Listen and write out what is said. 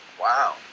Wow